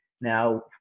Now